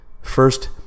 First